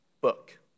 book